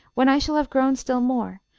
when i shall have grown still more,